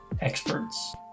experts